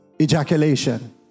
ejaculation